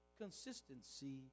consistency